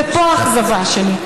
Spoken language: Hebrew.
ופה האכזבה שלי.